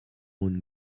one